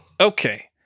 Okay